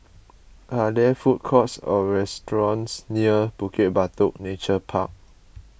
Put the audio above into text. are there food courts or restaurants near Bukit Batok Nature Park